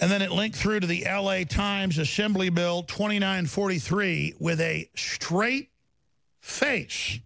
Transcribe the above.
and then it linked through to the l a times assembly bill twenty nine forty three with a straight face